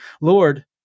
Lord